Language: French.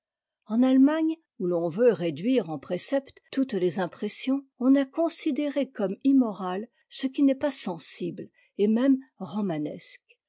en allemagne où l'on veut réduire en préceptes toutes les impressions on a considéré comme immorai ce qui n'était pas sensible et même romanesque